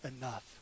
enough